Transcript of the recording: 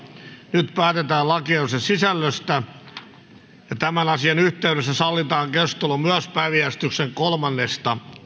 nyt päätetään lakiehdotuksen sisällöstä tämän asian yhteydessä sallitaan keskustelu myös päiväjärjestyksen kolmannesta